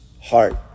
heart